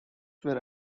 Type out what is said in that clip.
were